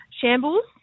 shambles